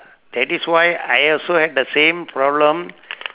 that is why I also had the same problem